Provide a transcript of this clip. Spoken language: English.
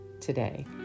today